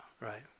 right